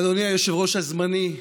אדוני היושב-ראש הזמני,